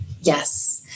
yes